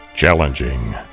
Challenging